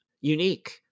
unique